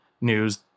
news